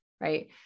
right